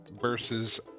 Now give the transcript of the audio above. versus